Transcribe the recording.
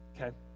Okay